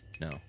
No